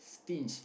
stingue